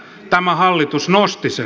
tämä hallitus nosti sen